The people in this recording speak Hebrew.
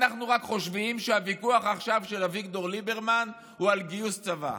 אנחנו חושבים שהוויכוח של אביגדור ליברמן עכשיו הוא רק על גיוס לצבא.